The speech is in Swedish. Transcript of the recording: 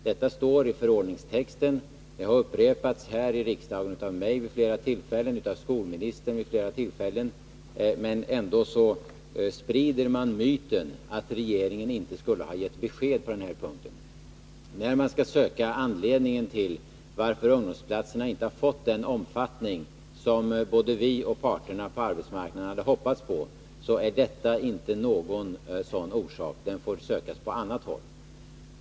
Detta står i förordningstexten, och det har upprepats här i riksdagen av mig och skolministern vid flera tillfällen. Men ändå sprider man myten att regeringen inte skulle ha gett besked på den här punkten. När man skall söka anledningen till att ungdomsplatserna inte fått den omfattning som både vi och parterna på arbetsmarknaden hade hoppats på är detta inte någon sådan orsak. Den får sökas på annat håll.